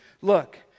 Look